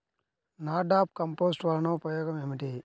NADEP compost వలన ఉపయోగం ఏమిటి?